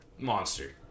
Monster